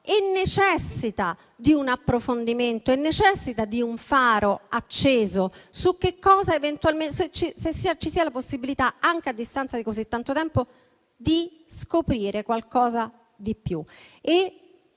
e necessita di un approfondimento e di un faro acceso per verificare se vi sia la possibilità, anche a distanza di così tanto tempo, di scoprire qualcosa di più.